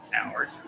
hours